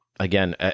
Again